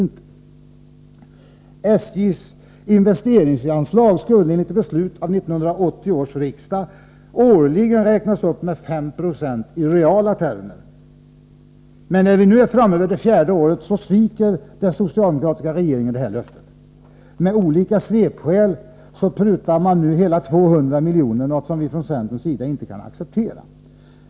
SJ:s investeringsanslag skulle enligt ett beslut av 1980 års riksdag årligen räknas upp med 5 9 i reala termer under fem budgetår. Men när vi nu är framme vid det fjärde året, sviker den socialdemokratiska regeringen detta löfte. Med olika svepskäl prutar man nu hela 200 milj.kr., något som vi från centern inte kan acceptera.